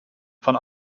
von